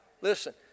Listen